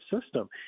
system